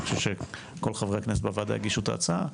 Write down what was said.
אני חושב שכל חברי הכנסת בוועדה יגישו את ההצעה.